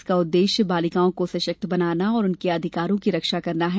इसका उद्देश्य बालिकाओं को सशक्त बनाना और उनके अधिकारों की रक्षा करना है